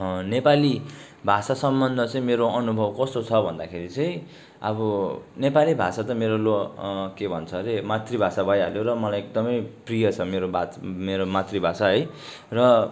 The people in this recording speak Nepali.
नेपाली भाषा सम्बन्धमा चाहिँ मेरो अनुभव कस्तो छ भन्दाखेरि चाहिँ अब नेपाली भाषा त मेरो लो के भन्छ अरे मातृभाषा भइहाल्यो र मलाई एकदमै प्रिय छ मेरो बात मेरो मातृभाषा है र